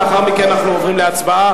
ולאחר מכן אנחנו עוברים להצבעה.